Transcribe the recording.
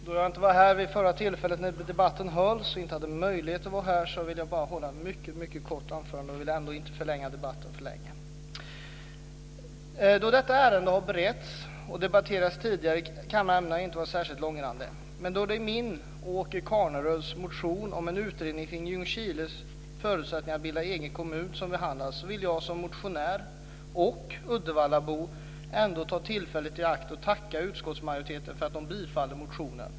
Fru talman! Eftersom jag inte hade möjlighet att vara här vid förra tillfället när vi hade debatt om detta vill jag hålla ett kort anförande, utan att för mycket förlänga debatten. Då detta ärende alltså har beretts och debatterats tidigare i denna kammare ämnar jag inte vara särskilt långrandig. Min och Åke Carnerös motion om en utredning av Ljungskiles förutsättningar att bilda en egen kommun behandlas här. Därför vill jag som motionär och uddevallabo ändå ta tillfället i akt och tacka utskottsmajoriteten för att man tillstyrkt motionen.